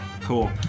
Cool